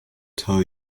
tell